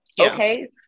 Okay